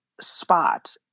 spot